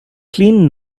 clean